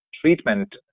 treatment